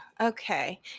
okay